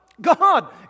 God